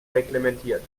reglementiert